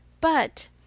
But—